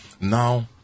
Now